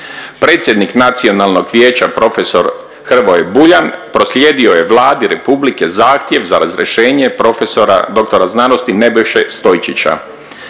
Predsjednik nacionalnog vijeća profesor Hrvoje Buljan proslijedio je Vladi Republike zahtjev za razrješenje profesora dr. sc. Nebojše Stojčića.